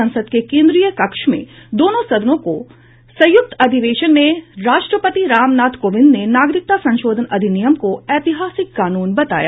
संसद के केन्द्रीय कक्ष में दोनों सदनों के संयुक्त अधिवेशन में राष्ट्रपति रामनाथ कोविंद ने नागरिकता संशोधन अधिनियम को ऐतिहासिक कानून बताया